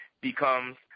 becomes